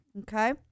Okay